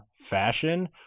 fashion